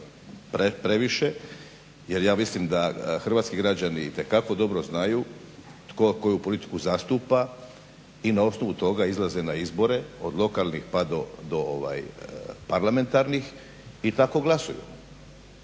previše. Jer ja mislim da hrvatski građani itekako dobro znaju tko koju politiku zastupa i na osnovu toga izlaze na izbore od lokalnih pa do parlamentarnih i tako glasuju